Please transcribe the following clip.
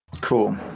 Cool